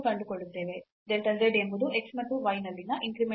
delta z ಎಂಬುದು x ಮತ್ತು y ನಲ್ಲಿನ ಇನ್ಕ್ರಿಮೆಂಟ್ ಆಗಿದೆ